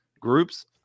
groups